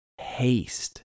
haste